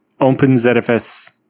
OpenZFS